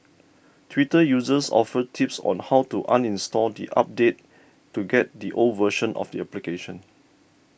twitter users offered tips on how to uninstall the update to get the old version of the application